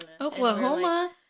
Oklahoma